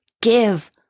give